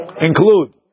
Include